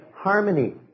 Harmony